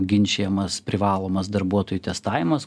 ginčijamas privalomas darbuotojų testavimas